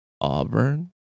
Auburn